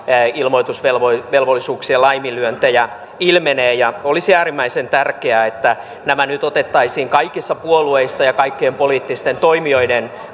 ilmoitusvelvollisuuksien laiminlyöntejä ilmenee olisi äärimmäisen tärkeää että nämä nyt otettaisiin kaikissa puolueissa ja kaikkien poliittisten toimijoiden